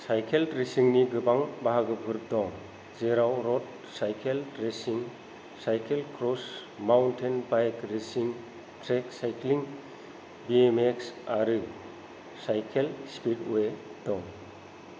cycle रेसिंनि गोबां बाहागोफोर दं जेराव रद cycle racing cycle cross mountain bike racing track cycling BMX आरो सायखेल स्पिदवे दं